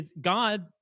God